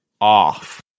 off